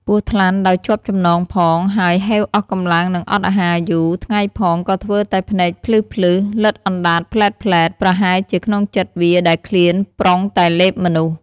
ពស់ថ្លាន់ដោយជាប់ចំណងផង ហើយហេវអស់កំលាំងនិងអត់អាហារយូរ ថ្ងៃផងក៏ធ្វើតែភ្នែកភ្លឹះៗ លិទ្ធអណ្ដាតភ្លែមៗ ប្រហែលជាក្នុងចិត្ដវាដែលឃ្លានប្រុងតែលេបមនុស្ស ។